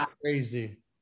crazy